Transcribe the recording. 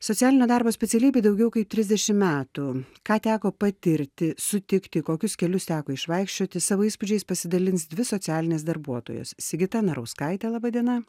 socialinio darbo specialybei daugiau kaip trisdešim metų ką teko patirti sutikti kokius kelius teko išvaikščioti savo įspūdžiais pasidalins dvi socialinės darbuotojos sigita narauskaitė laba diena